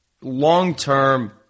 long-term